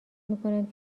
میکنند